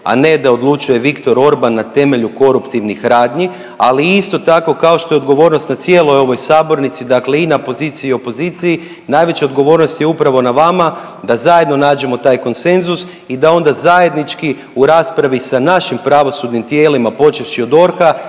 a ne da odlučuje Viktor Orban na temelju koruptivnih radnji, ali isto tako kao što je odgovornost na cijeloj ovoj sabornici dakle i na poziciji i opoziciji najveća odgovornost je upravo na vama da zajedno nađemo taj konsenzus i da onda zajednički u raspravi sa našim pravosudnim tijelima počevši od DORH-a